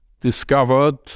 discovered